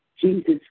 Jesus